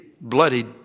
bloodied